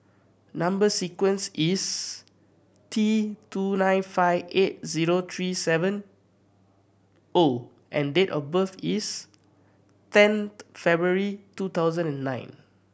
number sequence is T two nine five eight zero three seven O and date of birth is tenth February two thousand and nine